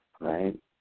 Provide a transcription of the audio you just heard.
right